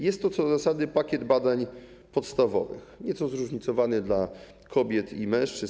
Jest to co do zasady pakiet badań podstawowych, nieco zróżnicowany dla kobiet i mężczyzn.